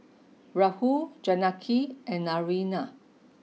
Rahul Janaki and Naraina